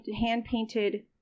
hand-painted